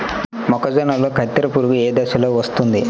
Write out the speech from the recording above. మొక్కజొన్నలో కత్తెర పురుగు ఏ దశలో వస్తుంది?